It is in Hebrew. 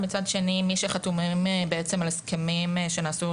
מצד שני מי שחתומים בעצם על הסכמים שנעשו,